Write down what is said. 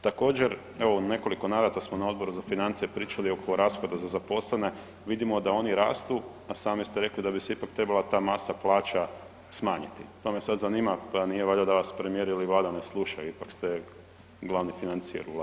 Također, evo u nekoliko navrata smo na Odboru za financije pričali oko rashoda za zaposlene, vidimo da oni rastu, a sami ste rekli da bi se ipak trebala ta masa plaća smanjiti, pa me sad zanima, pa nije valjda da vas premijer ili vlada ne slušaju, ipak ste glavni financijer u vladi?